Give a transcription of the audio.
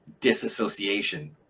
disassociation